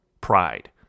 Pride